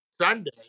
Sunday